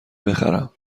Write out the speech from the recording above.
بخرم